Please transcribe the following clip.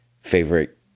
favorite